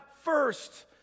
first